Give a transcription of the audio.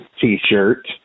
t-shirt